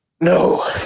No